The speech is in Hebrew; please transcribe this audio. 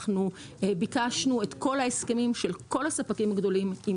אנחנו ביקשנו את כל ההסכמים של כל הספקים הגדולים עם